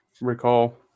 recall